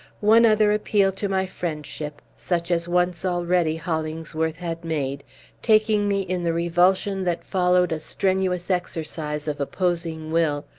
one other appeal to my friendship such as once, already, hollingsworth had made taking me in the revulsion that followed a strenuous exercise of opposing will,